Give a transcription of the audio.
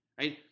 right